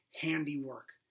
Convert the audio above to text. handiwork